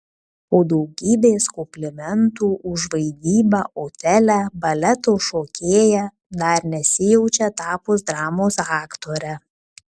po daugybės komplimentų už vaidybą otele baleto šokėja dar nesijaučia tapusi dramos aktore